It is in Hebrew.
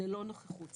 ללא נוכחות.